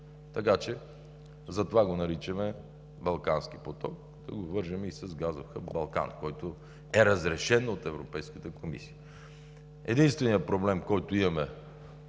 Затова го наричаме „Балкански поток“, за да го вържем и с газов хъб „Балкан“, който е разрешен от Европейската комисия. Единственият проблем, който имаме,